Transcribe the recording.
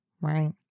Right